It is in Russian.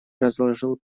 разложил